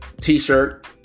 T-shirt